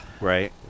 Right